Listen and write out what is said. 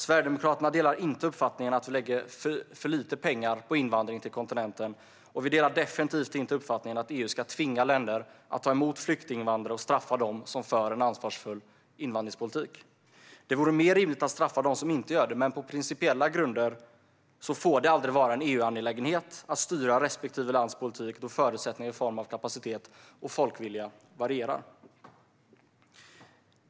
Sverigedemokraterna delar inte uppfattningen att vi lägger för lite pengar på invandring till kontinenten, och vi delar definitivt inte uppfattningen att EU ska tvinga länder att ta emot flyktinginvandrare och straffa dem som för en ansvarsfull invandringspolitik. Det vore mer rimligt att straffa dem som inte gör det, men på principiella grunder får det aldrig vara en EU-angelägenhet att styra respektive lands politik, då förutsättningarna i form av kapacitet och folkvilja varierar.